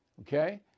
Okay